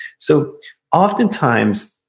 so oftentimes,